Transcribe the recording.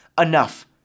enough